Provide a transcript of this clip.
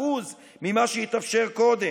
מ-3% ממה שהתאפשר קודם.